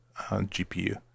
GPU